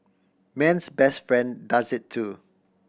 man's best friend does it too